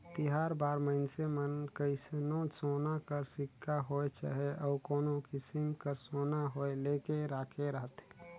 तिहार बार मइनसे मन कइसनो सोना कर सिक्का होए चहे अउ कोनो किसिम कर सोना होए लेके राखे रहथें